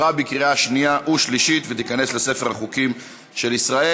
עברה בקריאה שנייה ושלישית ותיכנס לספר החוקים של ישראל.